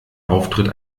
auftritt